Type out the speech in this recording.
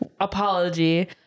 apology